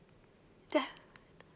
ya